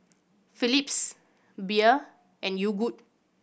Philips Bia and Yogood